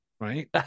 right